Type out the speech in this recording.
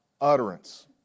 utterance